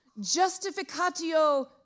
Justificatio